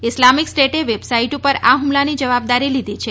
Islamic સ્ટેટે website પર આ હ્મલાની જવાબદારી લીધી છે